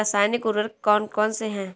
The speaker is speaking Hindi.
रासायनिक उर्वरक कौन कौनसे हैं?